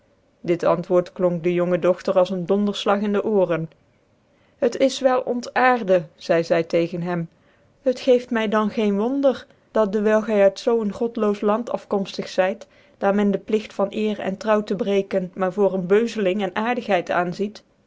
die antwoort klonk de jonge dochter als ccn dondcrflig in dc ooren t is wel ontairdc zculc zy tegens hem het geeft my dan geen wonder dat dewijl i y uit zoo ccn godloos land afkomftig zyt daar men dc plicht van ccr en trouw tc brcckcn maar voor ccn beuzeling cn aardigheid aanziet